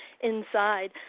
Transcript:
inside